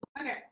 Okay